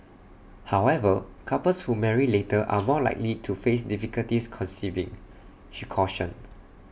however couples who marry later are more likely to face difficulties conceiving she cautioned